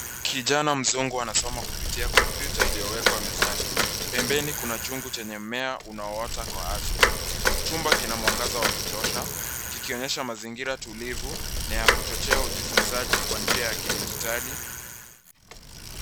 Kijana mzungu anasoma kupitia kompyuta iliyowekwa mezani. Pembeni, kuna chungu chenye mmea unaoota kwa afya. Chumba kina mwangaza wa kutosha, kikionyesha mazingira tulivu na ya kuchochea ujifunzaji kwa njia ya kidigitali.